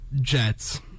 Jets